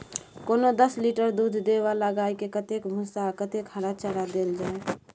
कोनो दस लीटर दूध दै वाला गाय के कतेक भूसा आ कतेक हरा चारा देल जाय?